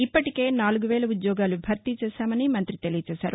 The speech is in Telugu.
ఇప్పటికే నాలుగు వేల ఉద్యోగాలు భర్తీ చేశామని మంత్రి తెలియజేశారు